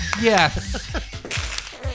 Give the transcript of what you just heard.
yes